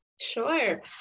Sure